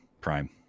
Prime